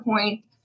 point